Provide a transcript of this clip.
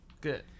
Good